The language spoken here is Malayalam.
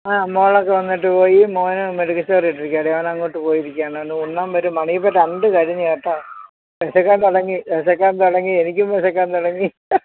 ആ മോളൊക്കെ വന്നിട്ട് പോയി മോന് മെഡിക്കൽ സ്റ്റോർ ഇട്ടിരിക്കയാണ് അവൻ അങ്ങോട്ട് പോയിരിക്കുകയാണ് മണി ഇപ്പം രണ്ട് കഴിഞ്ഞു കേട്ടോ വിശക്കാൻ തുടങ്ങി വിശക്കാൻ തുടങ്ങി എനിക്കും വിശക്കാൻ തുടങ്ങി